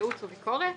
ייעוץ וביקורת.